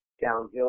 downhill